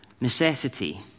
necessity